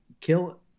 Kill